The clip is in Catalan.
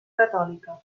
catòlica